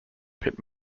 pit